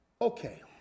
Okay